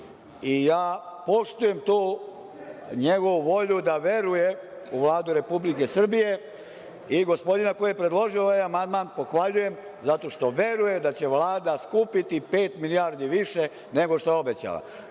i ja poštujem tu njegovu volju da veruje u Vladu Republike Srbije i gospodina koji je predložio ovaj amandman pohvaljujem zato što veruje da će Vlada skupiti pet milijardi više nego što je obećala.